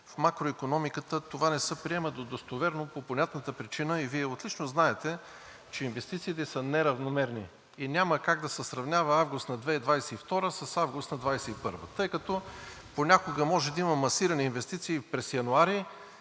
в макроикономиката това не се приема за достоверно по понятна причина – и Вие отлично знаете, че инвестициите са неравномерни и няма как да се сравнява август на 2022 г. с август на 2021 г., тъй като понякога може да има масирани инвестиции през януари